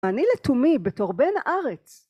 אני לתומי בתור בן ארץ.